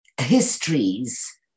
histories